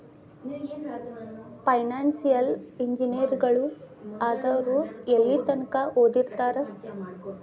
Financial ಇಂಜಿನಿಯರಗಳು ಆದವ್ರು ಯೆಲ್ಲಿತಂಕಾ ಓದಿರ್ತಾರ?